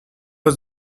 was